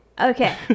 Okay